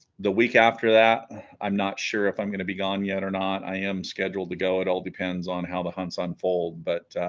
the week after that i'm not sure if i'm gonna be gone yet or not i am scheduled to go it all depends on how the hunts unfold but